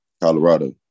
colorado